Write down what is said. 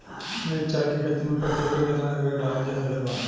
मिरचाई के खेती मे प्रति एकड़ केतना यूरिया डालल जा सकत बा?